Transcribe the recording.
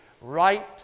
right